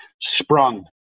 sprung